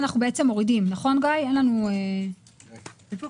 מגיעים לצד